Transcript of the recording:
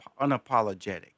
unapologetic